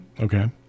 Okay